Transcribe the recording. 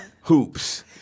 hoops